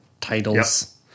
titles